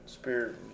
spirit